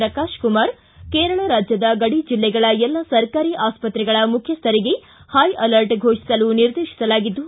ಪ್ರಕಾಶ ಕುಮಾರ ಕೇರಳ ರಾಜ್ಜದ ಗಡಿ ಜಿಲ್ಲೆಗಳ ಎಲ್ಲ ಸರ್ಕಾರಿ ಆಸ್ಪತ್ರೆಗಳ ಮುಖ್ಚಸ್ಟರಿಗೆ ಹೈ ಅಲರ್ಟ್ ಘೋಷಿಸಲು ನಿರ್ದೇಶಿಸಲಾಗಿದ್ದು